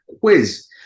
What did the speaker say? quiz